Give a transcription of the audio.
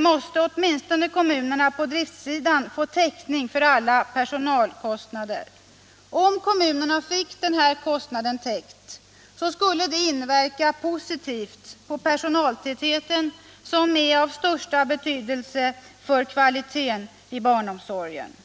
måste åtminstone kommunerna på driftsidan få täckning för alla personalkostnader. Om kommunerna fick denna kostnad täckt skulle det inverka positivt på personaltätheten, som är av största betydelse för kvaliteten i barnomsorgen.